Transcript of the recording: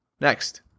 next